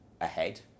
ahead